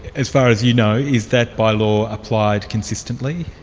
as far as you know, is that by-law applied consistently?